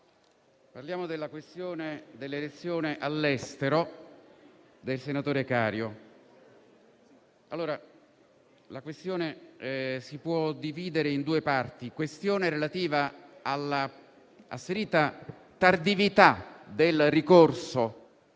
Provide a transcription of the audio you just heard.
parliamo della questione dell'elezione all'estero del senatore Cario, che si può dividere in due parti: quella relativa alla asserita tardività del ricorso